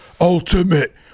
Ultimate